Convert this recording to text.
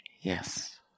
Yes